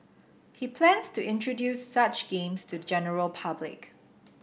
he plans to introduce such games to the general public